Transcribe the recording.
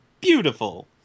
Beautiful